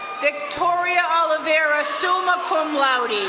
victoria olivera, summa cum laude.